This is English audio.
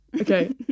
Okay